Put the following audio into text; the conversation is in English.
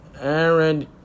Aaron